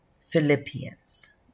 Philippians